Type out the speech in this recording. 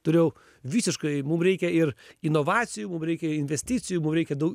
turėjau visiškai mum reikia ir inovacijų mum reikia investicijų mum reikia daug